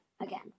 again